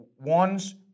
ones